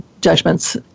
judgments